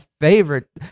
favorite